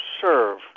serve